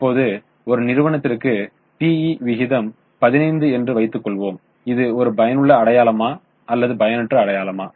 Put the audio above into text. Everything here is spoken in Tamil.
இப்போது ஒரு நிறுவனத்திற்கு PE விகிதம் 15 என்று வைத்துக்கொள்வோம் இது ஒரு பயனுள்ள அடையாளமா அல்லது பயனற்ற அடையாளமா